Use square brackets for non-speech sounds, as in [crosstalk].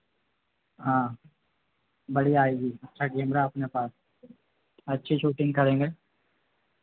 हाँ बढ़ियाँ है जी [unintelligible] कैमरा अपने पास अच्छी शूटिंग करेंगे